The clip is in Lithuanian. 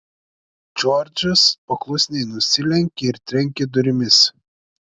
džordžas paklusniai nusilenkė ir trenkė durimis